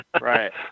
Right